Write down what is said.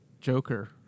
Joker